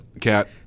cat